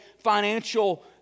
financial